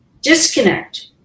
disconnect